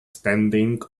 standing